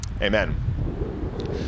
amen